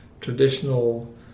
traditional